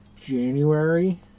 January